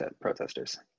protesters